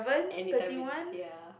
anytime is ya